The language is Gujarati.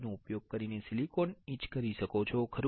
નો ઉપયોગ કરીને સિલિકોન ઇચ કરી શકો ખરું